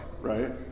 right